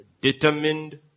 determined